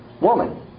woman